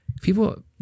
People